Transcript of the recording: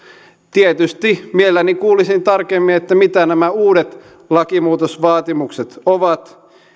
tietysti mielelläni kuulisin tarkemmin mitä nämä uudet lakimuutosvaatimukset ovat